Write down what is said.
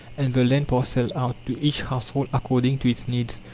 and the land parcelled out, to each household according to its needs,